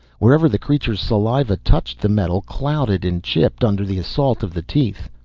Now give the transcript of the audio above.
wherever the creature's saliva touched the metal clouded and chipped under the assault of the teeth.